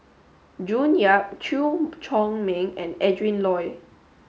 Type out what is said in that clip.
June Yap Chew Chor Meng and Adrin Loi